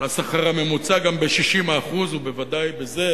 והשכר הממוצע, גם ב-60%, ובוודאי בזה,